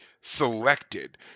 selected